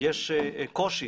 יש קושי